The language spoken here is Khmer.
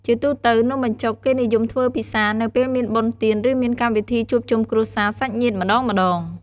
ជាទូទៅ នំបញ្ចុកគេនិយមធ្វើពិសានៅពេលមានបុណ្យទានឬមានកម្មវិធីជួបជុំគ្រួសារសាច់ញាតិម្តងៗ។